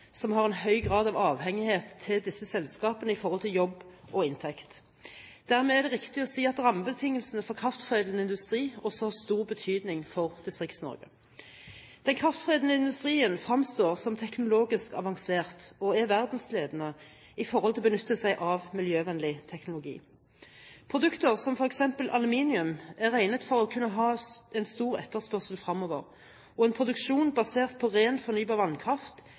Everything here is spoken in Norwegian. som har en høy grad av avhengighet til disse selskapene i forhold til jobb og inntekt. Dermed er det riktig å si at rammebetingelsene for kraftforedlende industri også har stor betydning for Distrikts-Norge. Den kraftforedlende industrien fremstår som teknologisk avansert og er verdensledende i forhold til å benytte seg av miljøvennlig teknologi. Produkter som f.eks. aluminium er regnet for å kunne ha en stor etterspørsel fremover, og en produksjon basert på ren fornybar vannkraft